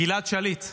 גלעד שליט.